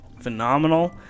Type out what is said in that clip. phenomenal